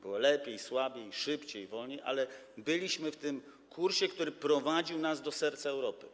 Było lepiej, słabiej, szybciej, wolniej, ale byliśmy w tym kursie, który prowadził nas do serca Europy.